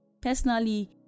Personally